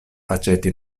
aĉeti